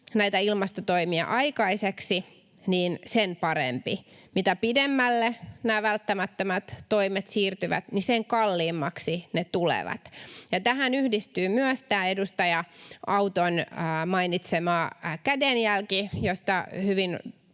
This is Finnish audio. ilmastotoimia aikaiseksi, sen parempi. Mitä pidemmälle nämä välttämättömät toimet siirtyvät, sen kalliimmaksi ne tulevat. Ja tähän yhdistyy myös tämä edustaja Auton mainitsema kädenjälki, josta